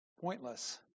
pointless